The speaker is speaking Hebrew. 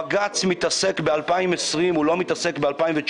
בג"ץ מתעסק ב-2020, הוא לא מתעסק ב-2019,